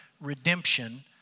redemption